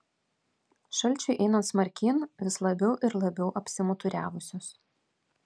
šalčiui einant smarkyn vis labiau ir labiau apsimuturiavusios